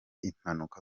impanuka